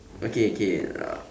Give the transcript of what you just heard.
okay okay uh